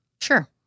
Sure